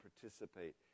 participate